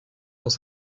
dans